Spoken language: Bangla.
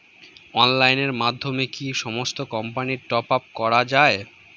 অনলাইনের মাধ্যমে কি সমস্ত কোম্পানির টপ আপ করা যায়?